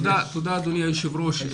תודה, אדוני היושב ראש.